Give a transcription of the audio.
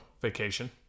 vacation